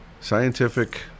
scientific